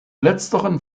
letzterem